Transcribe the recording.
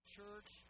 Church